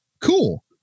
Cool